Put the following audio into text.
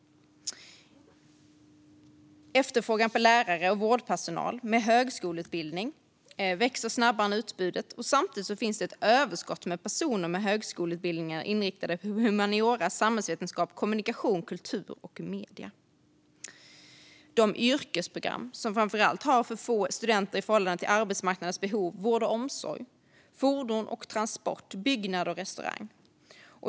Efterfrågan på lärare och vårdpersonal med högskoleutbildning växer snabbare än utbudet. Samtidigt finns det ett överskott på personer med högskoleutbildningar inriktade på humaniora, samhällsvetenskap, kommunikation, kultur och media. De yrkesprogram som har för få studenter i förhållande till arbetsmarknadens behov är framför allt vård och omsorg, fordon och transport, byggnad och restaurang.